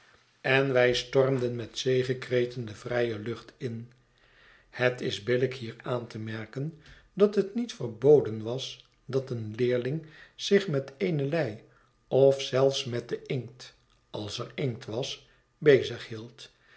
en wij stormden met zegekreten de vrije lucht in het is billijk hier aan te merken dat het niet verboden was dat een leerling zich met eene lei of zelfs met den inkt als er inkt was bezig hield